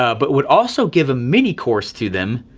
ah but would also give a mini course to them.